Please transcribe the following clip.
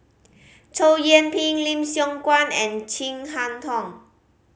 Chow Yian Ping Lim Siong Guan and Chin Harn Tong